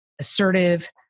assertive